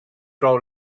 grow